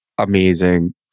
amazing